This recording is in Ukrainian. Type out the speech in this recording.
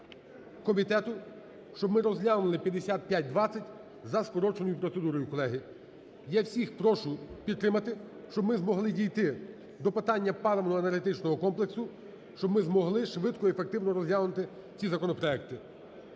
комітету, щоб ми розглянули 5520 за скороченою процедурою, колеги. Я всіх прошу підтримати, щоб ми змогли дійти до питання паливно-енергетичного комплексу, щоб ми змогли швидко і ефективно розглянути ці законопроекти.